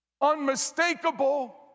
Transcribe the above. unmistakable